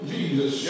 Jesus